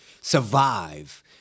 survive